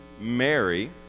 mary